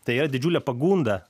tai yra didžiulė pagunda